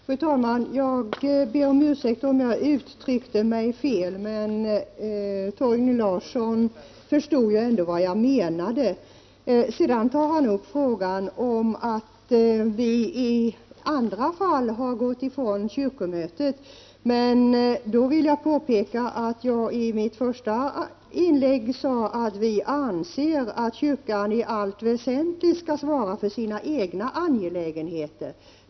Fru talman! Jag ber om ursäkt om jag uttryckte mig fel, men Torgny Larsson förstod ändå vad jag menade. Torgny Larsson påpekar att vi i andra fall har gått ifrån kyrkomötet. Då vill jag framhålla att jag i mitt första inlägg sade att vi anser att kyrkomötet i allt väsentligt skall svara för sina egna angelägenheter.